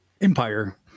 Empire